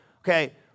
Okay